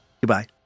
Goodbye